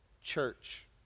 church